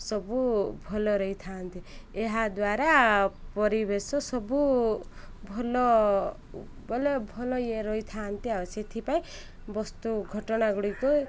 ସବୁ ଭଲ ରହିଥାନ୍ତି ଏହାଦ୍ୱାରା ପରିବେଶ ସବୁ ଭଲ ବୋଲେ ଭଲ ଇଏ ରହିଥାନ୍ତି ଆଉ ସେଥିପାଇଁ ବସ୍ତୁ ଘଟଣା ଗୁଡ଼ିକ